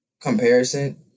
comparison